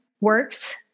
works